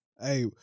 Hey